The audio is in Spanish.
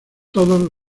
todos